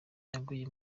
yaguye